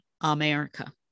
America